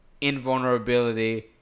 invulnerability